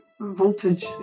voltage